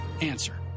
Answer